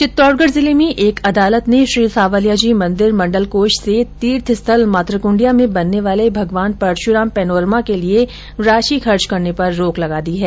चित्तौड़गढ़ जिले में एक अदालत ने श्रीसांवलियाजी मंदिर मंडल कोष से तीर्थस्थल मातकुण्डिया में बनने वाले भगवान परशुराम पैनोरमा के लिए राशि खर्च करने पर रोक लगा दी हैं